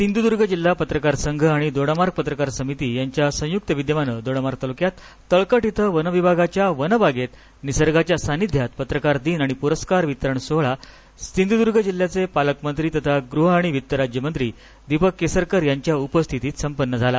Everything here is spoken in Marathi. सिंधुद्र्ग जिल्हा पत्रकार संघ आणि दोडामार्ग पत्रकार समिती यांच्या संयुक्त विद्यमाने दोडामार्ग तालुक्यात तळकट इथं वनविभागाच्या वनबागेत निसर्गाच्या सान्निध्यात पत्रकार दिन आणि प्रस्कार सोहळा सिंधुदर्ग जिल्ह्याचे पालकमंत्री तथा गृह आणि वित्त राज्यमंत्री दीपक केसरकर यांच्या उपस्थितीत संपन्न झाला